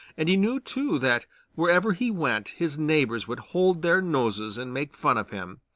and he knew, too, that wherever he went his neighbors would hold their noses and make fun of him,